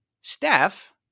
staff